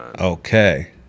Okay